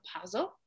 puzzle